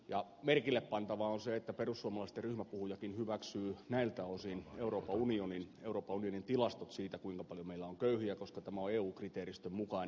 merkille pantavaa on se että perussuomalaisten ryhmäpuhujakin hyväksyy näiltä osin euroopan unionin tilastot siitä kuinka paljon meillä on köyhiä koska tämä on eu kriteeristön mukainen köyhien määrä